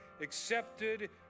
accepted